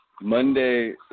Monday